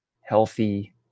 healthy